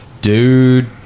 Dude